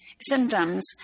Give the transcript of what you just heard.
symptoms